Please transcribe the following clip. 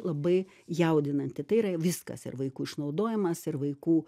labai jaudinanti tai yra viskas ir vaikų išnaudojimas ir vaikų